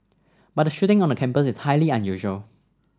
but a shooting on a campus is highly unusual